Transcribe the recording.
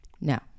No